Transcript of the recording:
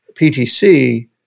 PTC